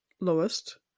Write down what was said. lowest